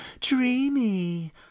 dreamy